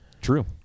True